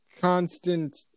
constant